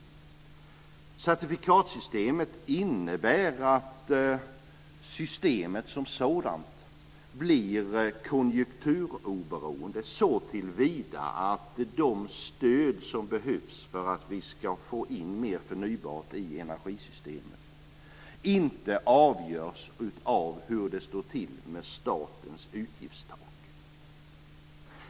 Certifikatsystemet innebär att systemet som sådant blir konjunkturoberoende såtillvida att de stöd som behövs för att vi ska få in mer av det förnybara i energisystemet inte avgörs av hur det står till med statens utgiftstak.